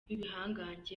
b’ibihangange